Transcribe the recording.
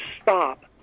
stop